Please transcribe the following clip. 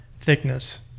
thickness